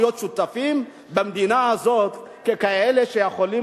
להיות שותפים במדינה הזאת ככאלה שיכולים